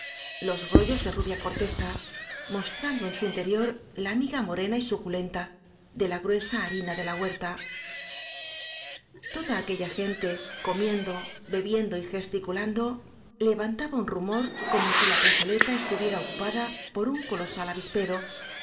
los rollos de rubia corteza mostrando en su interior la miga morena y suculenta de la gruesa harina ele la huerta f toda aquella gente coiniendo bebiendo y gesticulan'do levantaba un rumor como si la plazoleta estuviera ocupada por un co losal avispero